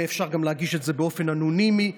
ואפשר גם להגיש את זה באופן אנונימי.